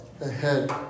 ahead